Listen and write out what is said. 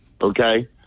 Okay